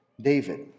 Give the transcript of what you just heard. David